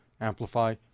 amplify